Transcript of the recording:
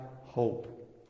hope